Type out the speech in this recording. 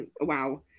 wow